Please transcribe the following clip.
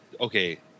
okay